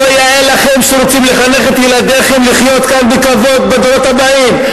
לא יאה לכם שרוצים לחנך את ילדיכם לחיות כאן בכבוד בדורות הבאים,